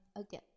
okay